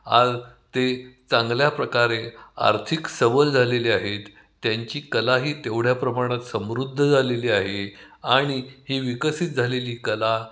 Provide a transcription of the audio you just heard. आज ते चांगल्या प्रकारे आर्थिक सबल झालेले आहेत त्यांची कला ही तेवढ्या प्रमाणात समृद्ध झालेली आहे आणि ही विकसित झालेली कला